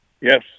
Yes